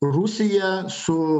rusija su